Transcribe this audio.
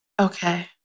Okay